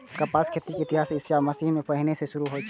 कपासक खेती के इतिहास ईशा मसीह सं पहिने सं शुरू होइ छै